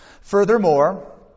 Furthermore